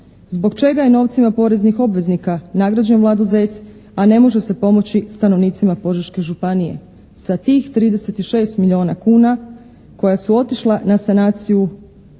Zbog čega je novcima poreznih obveznika nagrađen Vlado Zec, a ne može se pomoći stanovnicima Požeške županije? Sa tih 36 milijuna kuna koja su otišla na sanaciju